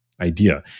idea